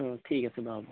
ও ঠিক আছে বাৰু